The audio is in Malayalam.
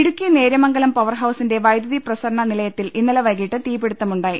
ഇടുക്കി നേര്യമംഗലം പവർഹൌസിന്റെ വൈദ്യുതി പ്രസരണ നിലയത്തിൽ ഇന്നലെ വൈകിട്ട് തീപിടുത്തമുണ്ടായി